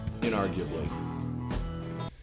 inarguably